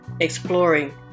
exploring